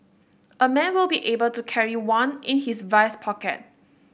a man will be able to carry one in his vest pocket